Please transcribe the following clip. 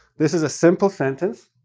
this is a simple sentence.